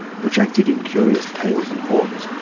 projected in curious tails and horns,